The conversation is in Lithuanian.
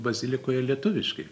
bazilikoje lietuviškai